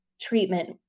treatment